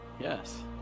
Yes